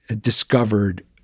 discovered